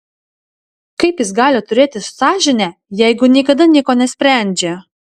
kaip jis gali turėti sąžinę jeigu niekada nieko nesprendžia